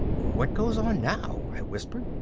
what goes on now? i whispered.